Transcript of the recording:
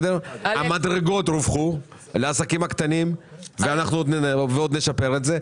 המדרגות לעסקים הקטנים רווחו ועוד נשפר את זה.